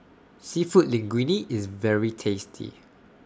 Seafood Linguine IS very tasty